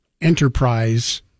enterprise